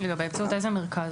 באמצעות איזה מרכז?